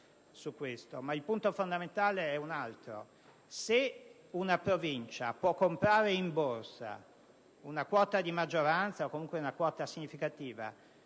il punto fondamentale è un altro. Se una Provincia può comprare in Borsa una quota di maggioranza o comunque una quota significativa